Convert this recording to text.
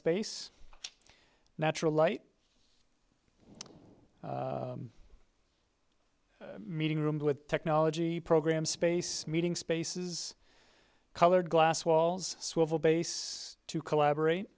space natural light meeting room with technology program space meeting spaces colored glass walls swivel base to collaborate